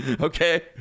Okay